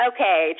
Okay